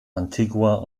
antigua